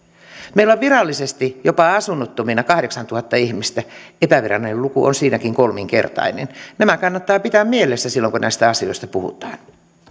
meillä on virallisesti jopa asunnottomina kahdeksantuhatta ihmistä epävirallinen luku on siinäkin kolminkertainen nämä kannattaa pitää mielessä silloin kun näistä asioista puhutaan